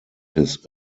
his